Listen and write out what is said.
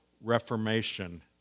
Reformation